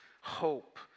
hope